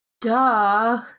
Duh